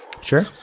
Sure